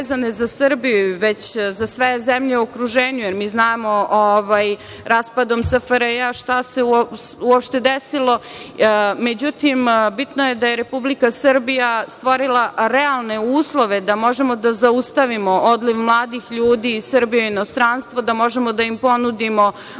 vezane za Srbiju, već za sve zemlje u okruženju, jer mi znamo raspadom SFRJ šta se uopšte desilo. Međutim, bitno je da je Republika Srbija stvorila realne uslove da možemo da zaustavimo odliv mladih ljudi iz Srbije u inostranstvo, da možemo da im ponudimo radna